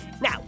Now